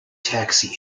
taxi